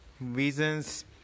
reasons